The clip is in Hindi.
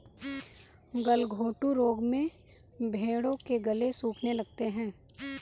गलघोंटू रोग में भेंड़ों के गले सूखने लगते हैं